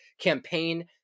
campaign